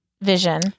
vision